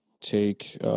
take